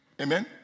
Amen